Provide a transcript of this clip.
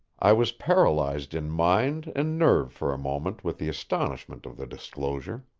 i was paralyzed in mind and nerve for a moment with the astonishment of the disclosure.